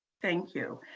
thank you.